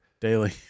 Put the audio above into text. Daily